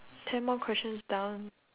ten more questions down